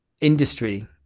industry